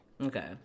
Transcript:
Okay